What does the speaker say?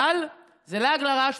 אבל זה לעג לרש,